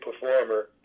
performer